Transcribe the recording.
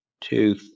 two